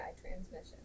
transmission